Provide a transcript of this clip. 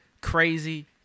crazy